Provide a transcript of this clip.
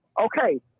Okay